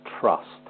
trust